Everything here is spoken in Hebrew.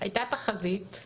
הייתה תחזית,